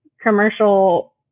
commercial